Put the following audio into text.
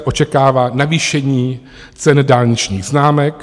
Očekává se navýšení cen dálničních známek.